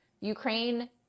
Ukraine